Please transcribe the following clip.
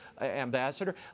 Ambassador